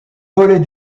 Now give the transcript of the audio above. volet